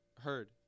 heard